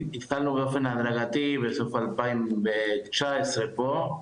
התחלנו באופן הדרגתי בסוף 2019 פה,